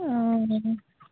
ᱚᱻ